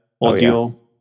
audio